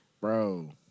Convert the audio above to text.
Bro